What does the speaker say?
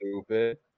Stupid